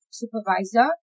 supervisor